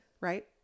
right